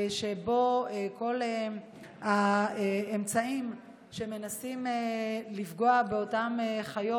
שבו כל האמצעים שמנסים לפגוע באותן חיות,